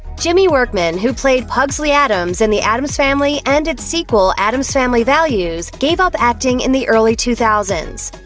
jimmy workman, who played pugsley addams in and the addams family and its sequel addams family values, gave up acting in the early two thousand s.